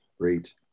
Great